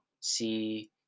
See